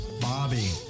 Bobby